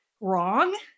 wrong